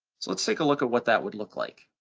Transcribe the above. so let's take a look at what that would look like.